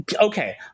okay